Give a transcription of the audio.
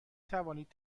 توانید